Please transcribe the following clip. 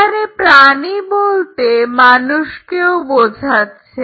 এখানে প্রাণী বলতে মানুষকেও বোঝাচ্ছে